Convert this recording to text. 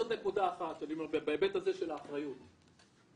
נוספת בהיבט של האחריות,